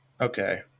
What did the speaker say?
Okay